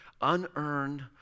unearned